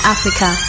Africa